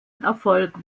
erfolg